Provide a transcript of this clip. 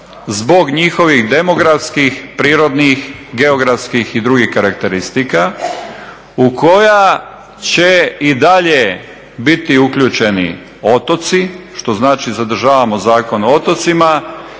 zbog njihovih demografskih, prirodnih, geografskih i drugih karakteristika u koja će i dalje biti uključeni otoci. Što znači zadržavamo Zakon o otocima.